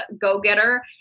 go-getter